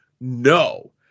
No